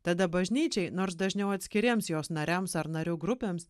tada bažnyčiai nors dažniau atskiriems jos nariams ar narių grupėms